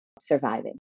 surviving